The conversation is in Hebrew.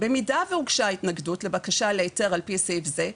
במידה והוגשה התנגדות לבקשה להיתר על-פי סעיף זה,